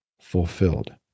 fulfilled